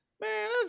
man